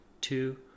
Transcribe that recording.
two